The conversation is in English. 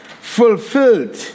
fulfilled